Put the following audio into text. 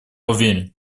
уверен